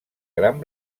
gran